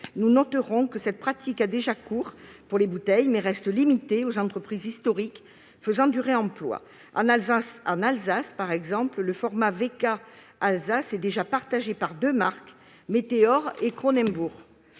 Notons qu'une telle pratique a déjà cours pour les bouteilles, mais reste limitée aux entreprises historiques faisant du réemploi. En Alsace, le format VK Alsace est déjà utilisé par deux marques : Meteor et Kronenbourg.